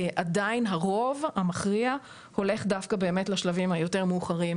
הפער ברובו מכריע איך דווקא באמת לשלבים היותר מאוחרים,